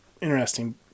interesting